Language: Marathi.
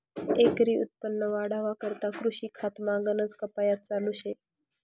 एकरी उत्पन्न वाढावा करता कृषी खातामा गनज कायपात चालू शे